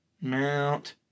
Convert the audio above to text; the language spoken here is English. Mount